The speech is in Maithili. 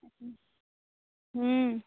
हूँ